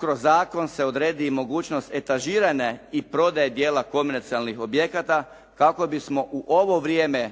kroz zakon se odredi i mogućnost etažirane i prodaje dijela komercijalnih objekata kako bismo u ovo vrijeme, a